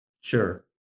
Sure